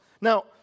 Now